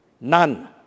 None